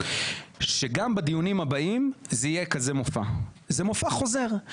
שגם בדיונים הבאים יהיה כזה מופע כי זה מופע חוזר.